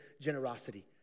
generosity